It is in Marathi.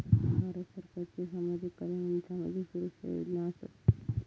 भारत सरकारच्यो सामाजिक कल्याण आणि सामाजिक सुरक्षा योजना आसत